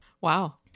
Wow